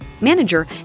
manager